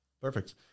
Perfect